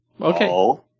Okay